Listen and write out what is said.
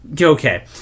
Okay